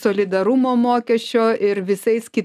solidarumo mokesčio ir visais ki